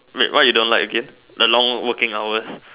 wait what you don't like again the long working hours